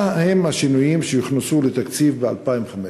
3. מה הם השינויים שהוכנסו לתקציב 2015?